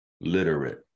literate